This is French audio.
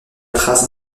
trace